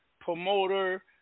promoter